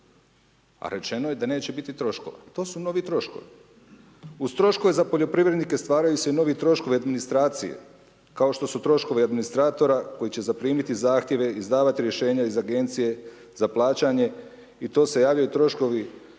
A rečeno je da neće biti troškova. To su novi troškovi. Uz troškove za poljoprivrednike stvaraju se novi troškovi administracije kao što su troškovi administratora koji će zaprimiti zahtjeve, izdavati rješenja iz Agencije za plaćanje i to se javljaju troškovi